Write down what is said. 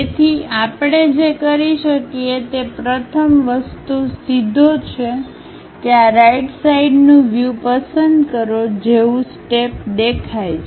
તેથી આપણે જે કરી શકીએ તે પ્રથમ વસ્તુ સીધા જ છે આ રાઈટ સાઈડનું વ્યુ પસંદ કરો જેવું સ્ટેપ દેખાય છે